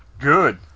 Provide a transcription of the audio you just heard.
Good